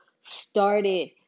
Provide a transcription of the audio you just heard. started